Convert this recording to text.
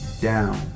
down